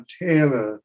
Montana